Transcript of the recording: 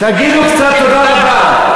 תגידו קצת תודה רבה.